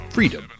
Freedom